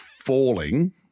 falling